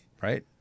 right